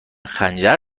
خنجر